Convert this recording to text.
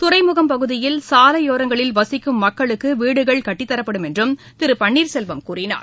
துறைமுகம் பகுதியில் சாலையோரங்களில் வசிக்கின்ற மக்களுக்கு வீடுகள் கட்டித்தரப்படும் என்றும் திரு பன்னீர்செல்வம் கூறினார்